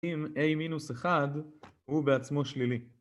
אם A-1 הוא בעצמו שלילי.